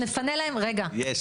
יש.